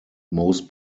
most